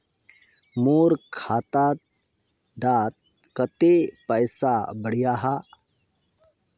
मोर खाता डात कत्ते पैसा बढ़ियाहा?